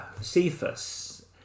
Cephas